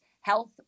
health